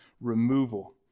removal